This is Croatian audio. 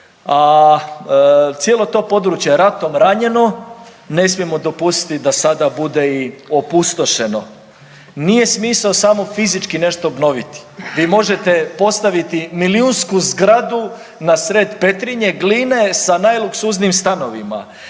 a cijelo to područje ratom ranjeno ne smijemo dopustiti da sada bude i opustošeno. Nije smisao samo fizički nešto obnoviti. Vi možete postaviti milijunsku zgradu nasred Petrinje, Gline sa najluksuznijim stanovima